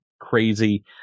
crazy